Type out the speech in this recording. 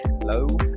Hello